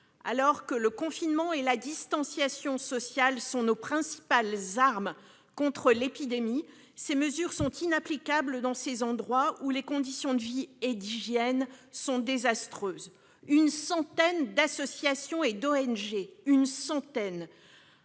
Alors que le confinement et la distanciation sociale sont nos principales armes contre l'épidémie, ces mesures sont inapplicables dans ces endroits, où les conditions de vie et d'hygiène sont désastreuses. Une centaine d'associations et d'ONG (organisations